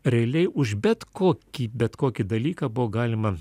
realiai už bet kokį bet kokį dalyką buvo galima